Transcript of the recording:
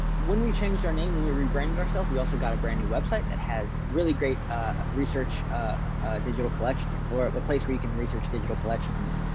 when we changed our name when we rebranded ourselves. we also got a brand new website that has really great ah research ah digital collections or a place where you can research digital collections.